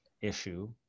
issue